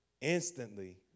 instantly